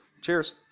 Cheers